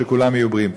שכולם יהיו בריאים.